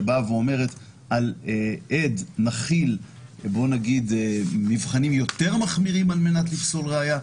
שאומרת שעל עד צריך להפעיל מבחנים יותר מחמירים על מנת לפסול ראיה.